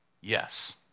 Yes